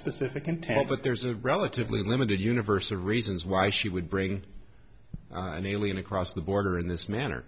specific intent but there's a relatively limited universe of reasons why she would bring an alien across the border in this manner